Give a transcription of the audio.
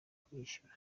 kuyishyura